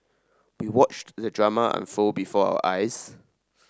we watched the drama unfold before our eyes